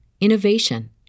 innovation